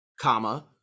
comma